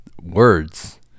words